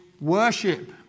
worship